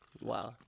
Wow